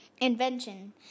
invention